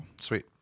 Sweet